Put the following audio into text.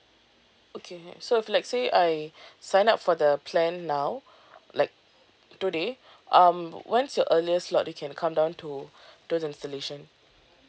okay so if let's say I sign up for the plan now like today um what's your earliest slot they can come down to do the installation